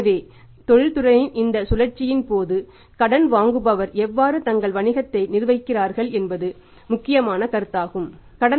எனவே தொழில்துறையின் சுழற்சி மற்றும் தொழில்துறையின் இந்த சுழற்சியின் போது கடன் வாங்குபவர் எவ்வாறு தங்கள் வணிகத்தை நிர்வகிக்கிறார்கள் என்பது முக்கியமான கருத்தாகும்